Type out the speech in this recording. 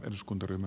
kiitos